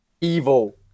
evil